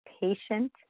patient